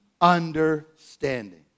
understanding